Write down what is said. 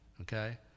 okay